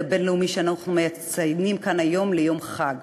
הבין-לאומי שאנחנו מציינים כאן היום ליום חג.